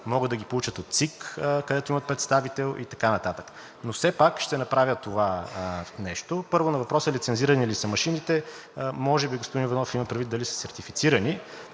могат да ги получат от ЦИК, където имат представител, и така нататък. Но все пак ще направя това нещо. Първо, на въпроса лицензирани ли са машините? Може би господин Иванов има предвид дали са сертифицирани.